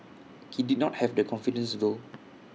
he did have the confidence though